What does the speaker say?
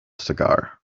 cigar